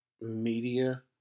media